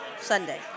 Sunday